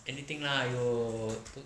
anything lah !aiyo!